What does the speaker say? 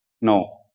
No